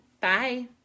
Bye